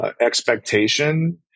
expectation